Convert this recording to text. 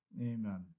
Amen